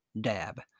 DAB